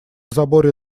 заборе